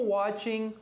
watching